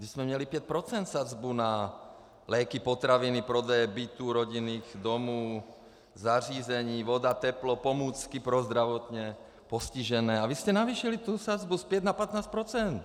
Měli jsme 5 % sazbu na léky, potraviny, prodeje bytů rodinných domů, zařízení, voda, teplo, pomůcky pro zdravotně postižené a vy jste navýšili sazbu z 5 na 15 %.